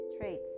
traits